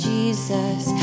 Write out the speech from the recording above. Jesus